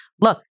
Look